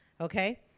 okay